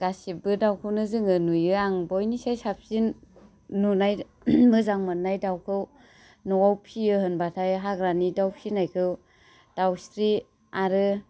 गासिबो दाउखौनो जोङो नुयो आं बयनिसाय साबसिन नुनाय मोजां मोन्नाय दाउखौ न'आव फिसियो होनबाथाय हाग्रानि दाउ फिसिनायखौ दावस्रि आरो